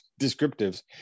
descriptives